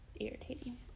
Irritating